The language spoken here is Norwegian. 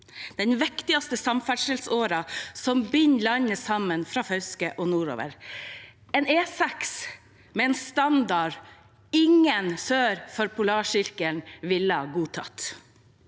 den viktigste samferdselsåren som binder landet sammen fra Fauske og nordover, en E6 med en standard ingen sør for Polarsirkelen ville godtatt.